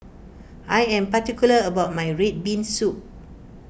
I am particular about my Red Bean Soup